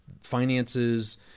finances